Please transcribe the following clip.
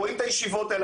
רואים את הישיבות האלה,